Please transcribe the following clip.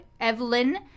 Evelyn